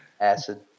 Acid